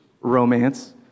romance